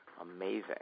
amazing